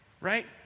right